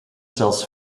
zelfs